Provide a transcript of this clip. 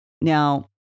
Now